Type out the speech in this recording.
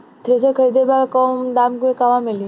Thresher खरीदे के बा कम दाम में कहवा मिली?